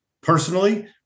personally